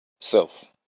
self